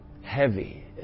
heavy